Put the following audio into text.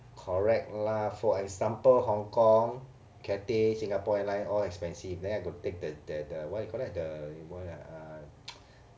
correct lah for example hong kong cathay singapore airline all expensive then I go take the the the what do you call that the uh